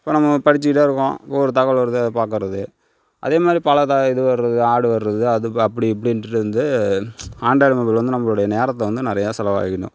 இப்போ நம்ம படிச்சுகிட்டே இருக்கோம் இப்போ ஒரு தகவல் வருது அதை பார்க்குறது அதேமாதிரி பல இது வரது ஆட் வரது அது அப்படி இப்படின்னு ஆண்ட்ராய்டு மொபைல் நம்மளோடய நேரத்தை வந்து நிறைய செலவாகிடும்